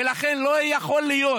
ולכן, לא יכול להיות